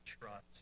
trust